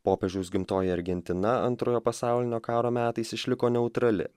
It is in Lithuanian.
popiežiaus gimtoji argentina antrojo pasaulinio karo metais išliko neutrali